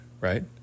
Right